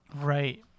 Right